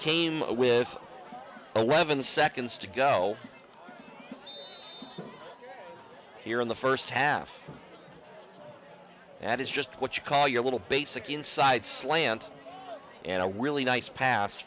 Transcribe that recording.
came with eleven seconds to go here in the first half it is just what you call your little basic inside slant and a really nice pass